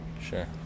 Sure